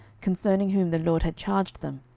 concerning whom the lord had charged them,